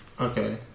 Okay